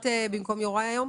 את במקום יוראי היום?